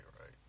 right